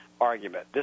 argument